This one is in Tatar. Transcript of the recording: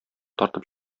тартып